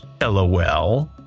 lol